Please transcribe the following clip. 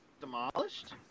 demolished